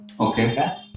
Okay